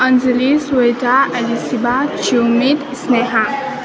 अन्जली स्वेता एलिसिबा छ्योमित स्नेहा